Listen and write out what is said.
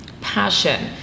passion